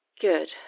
Good